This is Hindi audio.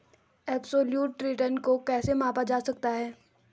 एबसोल्यूट रिटर्न को कैसे मापा जा सकता है?